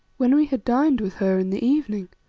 when we had dined with her in the evening,